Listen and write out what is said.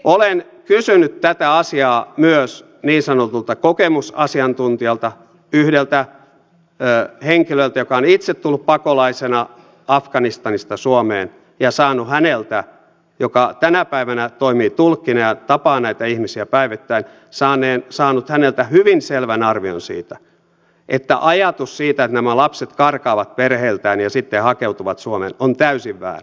olen kysynyt tätä asiaa myös niin sanotulta kokemusasiantuntijalta yhdeltä henkilöltä joka on itse tullut pakolaisena afganistanista suomeen ja saanut häneltä joka tänä päivänä toimii tulkkina ja tapaa näitä ihmisiä päivittäin hyvin selvän arvion siitä että ajatus siitä että nämä lapset karkaavat perheiltään ja sitten hakeutuvat suomeen on täysin väärä